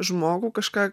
žmogų kažką